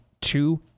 two